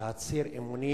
להצהיר אמונים,